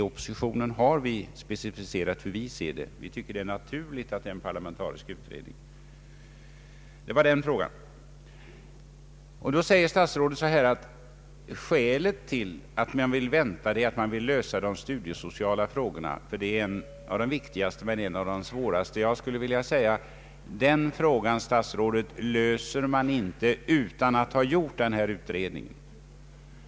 Oppositionen har specificerat hur den ser det. Vi tycker att det är naturligt att det blir en parlamentarisk utredning. Det var den frågan. Statsrådet säger att skälet till att man vill vänta är att man vill lösa de studiesociala frågorna för de tillhör de viktigaste men också de svåraste. Jag skulle vilja säga att den frågan, herr statsråd, löser man inte utan att ha gjort denna utredning.